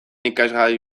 ikasgai